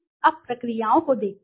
अब प्रक्रियाओं को देखते हैं